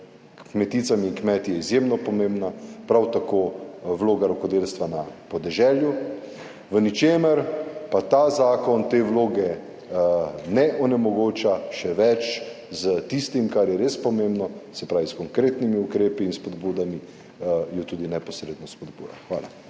kmeticami in kmeti je izjemno pomembna, prav tako vloga rokodelstva na podeželju, v ničemer pa ta zakon te vloge ne onemogoča. Še več, s tistim, kar je res pomembno, se pravi s konkretnimi ukrepi in spodbudami jo tudi neposredno spodbuja. Hvala.